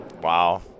Wow